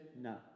no